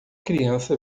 criança